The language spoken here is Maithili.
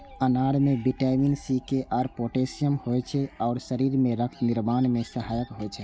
अनार मे विटामिन सी, के आ पोटेशियम होइ छै आ शरीर मे रक्त निर्माण मे सहायक होइ छै